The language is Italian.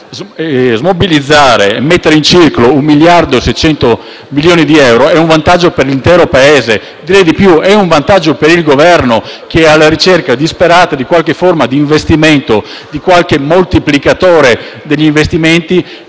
smobilizzare e mettere in circolo 1.600 milioni di euro è un vantaggio per l'intero Paese. Direi di più, è un vantaggio per il Governo che è alla ricerca disperata di una qualche forma di investimento, di qualche moltiplicatore degli investimenti